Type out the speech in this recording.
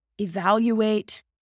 evaluate